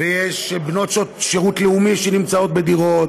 ויש בנות שירות לאומי שנמצאות בדירות,